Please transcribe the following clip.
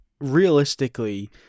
realistically